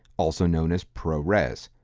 also known as prorez,